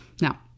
Now